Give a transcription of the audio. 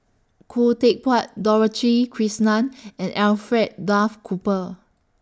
Khoo Teck Puat Dorothy Krishnan and Alfred Duff Cooper